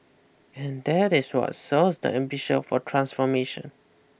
and that is what sows the ambition for transformation